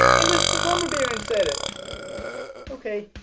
it was pitamber beer and said it okay